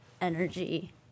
energy